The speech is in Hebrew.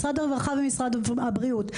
משרד הרווחה ומשרד הבריאות.